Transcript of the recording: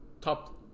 top